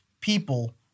people